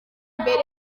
mbere